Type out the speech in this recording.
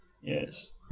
yes